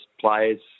players